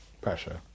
pressure